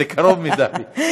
זה קרוב מדי.